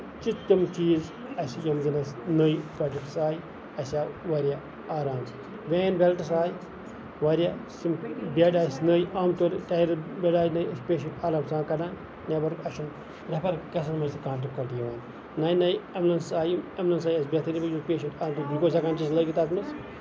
چھِ تِم چیٖز اَسہِ یِم زَن اَسہِ نٔے پروجکٹٕس آیہِ اَسہِ آیہِ واریاہ آرام پرٲنۍ بیلٹٕس آیہِ واریاہ بیڈ آیہِ نٔے عام طور پیڈ آیہِ نٔے أسۍ چھِ آرام سان کَڑان نیبر اَسہِ چھُنہٕ ریفر گژھنس منٛز تہِ نہٕ کانہہ تہِ ڈِفکَلٹی یِوان نیہِ نیہِ اَمہِ منٛز آیہِ اَسہِ اَمہِ منٛز آیہِ اَمہِ منٛز اَسہِ بہتری موٗجوٗب پیشنٹ گٔلکوٗز ہٮ۪کان چھِ لٲگِتھ اَتھ منٛز